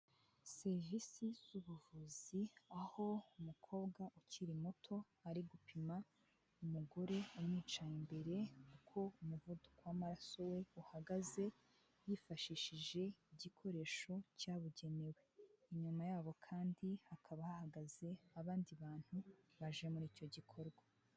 Serivisi z'ubuvuzi aho umukobwa ukiri muto ari gupima umugore umwicaye imbere uko umuvuduko w'amaraso we uhagaze yifashishije igikoresho cyabugenewe. Inyuma yabo kandi hakaba hahagaze abandi bantu baje muri icyo gikorwa.